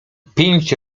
pięć